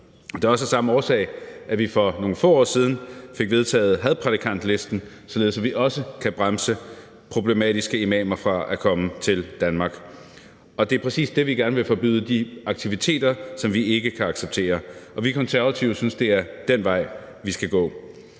Det er også af samme årsag, at vi for nogle få år siden fik vedtaget hadprædikantlisten, således at vi også kan bremse problematiske imamer i at komme til Danmark. Det er præcis det, vi gerne vil forbyde – de aktiviteter, som vi ikke kan acceptere. Vi i Konservative synes, det er den vej, vi skal gå.